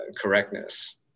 correctness